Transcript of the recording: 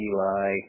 Eli